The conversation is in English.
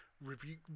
review